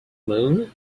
moon